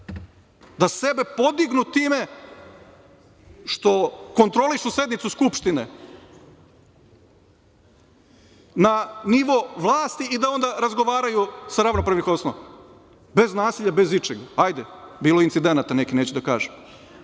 da sebe podignu time što kontrolišu sednicu Skupštine na nivo vlasti i da razgovaraju sa ravnopravnih osnova, bez nasilja, bez ičega. Bilo je incidenata nekih, neću da kažem,